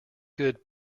good